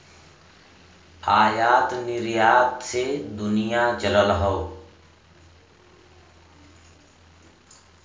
आयात निरयात से दुनिया चलत हौ